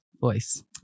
voice